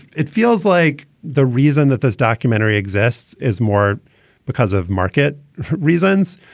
it feels like the reason that this documentary exists is more because of market reasons,